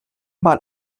mal